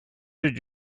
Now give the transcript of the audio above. did